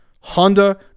Honda